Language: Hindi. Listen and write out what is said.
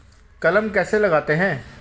कलम कैसे लगाते हैं?